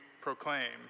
proclaim